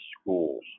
schools